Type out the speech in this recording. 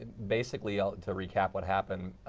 ah basically ah to recap what happened,